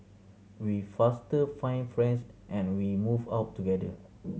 we faster find friends and we move out together